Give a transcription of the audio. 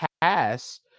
pass